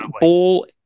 ball